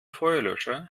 feuerlöscher